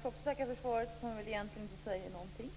också tacka för svaret som egentligen inte säger någonting.